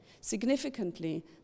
Significantly